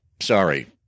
sorry